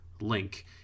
Link